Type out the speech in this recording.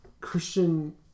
Christian